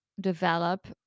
develop